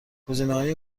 گزینههای